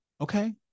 Okay